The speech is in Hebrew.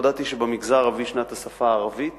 והודעתי שבמגזר הערבי היא שנת השפה הערבית,